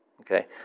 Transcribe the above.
Okay